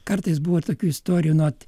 kartais buvo ir tokių istorijų nu vat